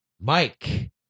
Mike